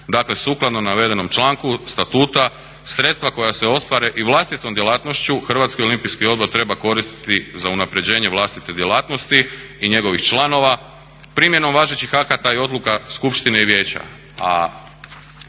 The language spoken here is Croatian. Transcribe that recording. Dakle sukladno navedenom članku statuta sredstva koja se ostvare i vlastitom djelatnošću Hrvatski olimpijski odbor treba koristiti za unapređenje vlastite djelatnosti i njegovih članova primjenom važećih akata i odluka skupštine i vijeća,